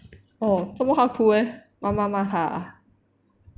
orh 做么他哭 leh 妈妈骂他 ah